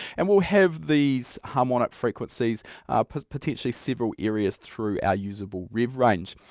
and we'll have these harmonic frequencies potentially several areas through our usable rev range.